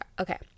okay